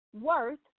worth